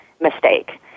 mistake